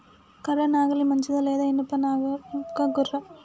కర్ర నాగలి మంచిదా లేదా? ఇనుప గొర్ర?